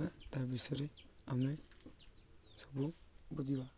ବା ତା ବିଷୟରେ ଆମେ ସବୁ ବୁଝିବା